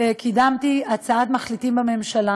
קידמתי הצעת מחליטים בממשלה